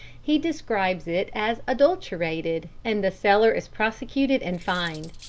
he describes it as adulterated, and the seller is prosecuted and fined.